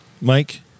Mike